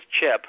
Chip